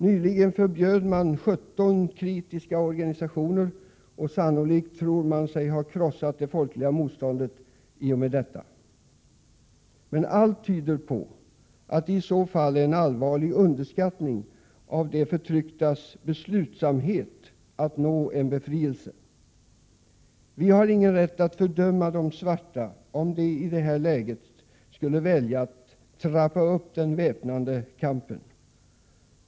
Nyligen förbjöds 17 kritiska organisationer, och sannolikt tror regimen sig ha krossat det folkliga motståndet i och med detta. Men allt tyder på att det i så fall är en allvarlig underskattning av de förtrycktas beslutsamhet att nå befrielse. Vi har ingen rätt att fördöma de svarta om de i det här läget skulle välja att trappa upp den väpnade kampen.